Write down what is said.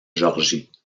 georgie